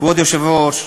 כבוד היושב-ראש,